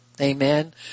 amen